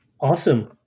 Awesome